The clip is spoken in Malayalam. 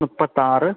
മുപ്പത്താറ്